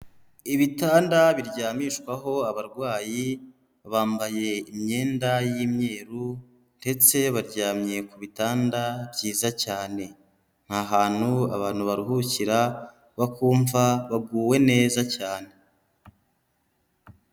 Ibitanda biryamishwaho abarwayi bambaye imyenda y'imyeru ndetse baryamye ku bitanda byiza cyane, ni hantu abantu baruhukira bakumva baguwe neza cyane.